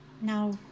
now